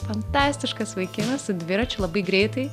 fantastiškas vaikinas su dviračiu labai greitai